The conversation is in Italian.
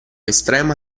estrema